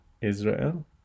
Israel